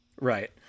Right